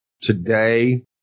today